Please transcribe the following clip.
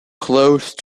close